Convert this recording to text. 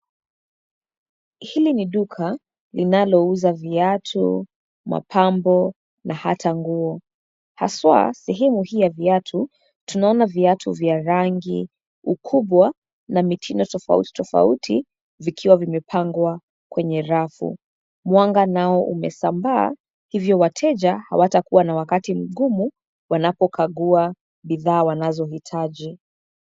Hili ni duka, linalouza viatu, mapambo na hata nguo, haswa, sehemu hii ya viatu, tunaona viatu vya rangi ukubwa na mitindo tofauti tofauti zikiwa vimepangwa kwenye rafu. Mwanga nao umesambaa, hivyo wateja, hawatakuwa na wakati mgumu wanapokagua bidhaa wanazohitaji.